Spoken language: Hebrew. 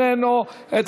אינו נוכח,